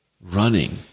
running